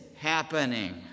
happening